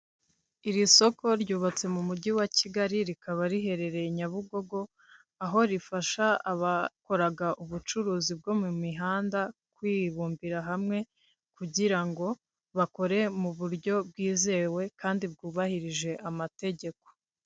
Iri soko ryubatse mu Mujyi wa Kigali rikaba riherereye Nyabugogo, aho rifasha abakoraga ubucuruzi bwo mu mihanda kwibumbira hamwe kugira ngo bakore mu buryo bwizewe kandi bwubahirije amategeko.